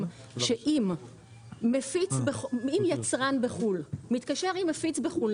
שאם יצרן בחו"ל מתקשר עם מפיץ בחו"ל,